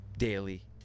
Daily